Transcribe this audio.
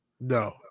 No